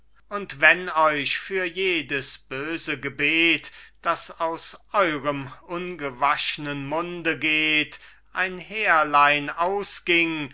und wenn euch für jedes böse gebet das aus eurem ungewaschnen munde geht ein härlein ausging